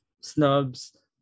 snubs